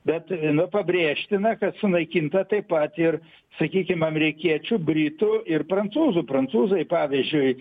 bet nu pabrėžtina kad sunaikinta taip pat ir sakykim amerikiečių britų ir prancūzų prancūzai pavyzdžiui